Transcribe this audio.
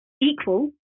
equal